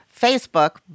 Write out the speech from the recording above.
Facebook